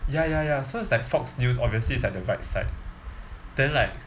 ya ya ya so it's like fox news obviously is like the right side then like